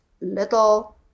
little